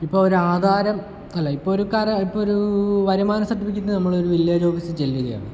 ഇപ്പോൾ ഒരാധാരം അല്ല ഇപ്പോരു കരം ഇപ്പോരു വരുമാന സർട്ടിഫിക്കറ്റ് നമ്മളൊരു വില്ലേജ് ഓഫീസിൽ ചെല്ലുകയാണ്